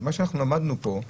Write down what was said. מה שלמדנו פה,